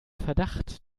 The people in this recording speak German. verdacht